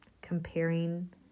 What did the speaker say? Comparing